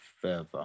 further